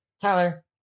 tyler